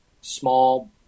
small